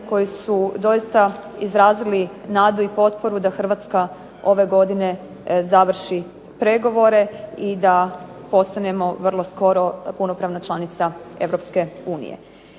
koji su doista izrazili nadu i potporu da Hrvatska ove godine završi pregovore i da postanemo vrlo skoro punopravna članica